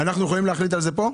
אנחנו יכולים להחליט על זה פה?